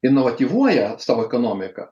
inovatyvuoja savo ekonomiką